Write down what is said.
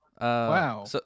WoW